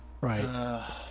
Right